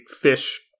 fish